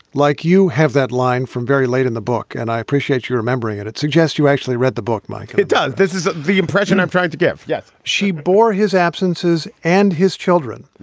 like you have that line from very late in the book and i appreciate you remembering it. it suggests you actually read the book, mike and it does. this is the impression i'm trying to get. yes she bore his absences and his children.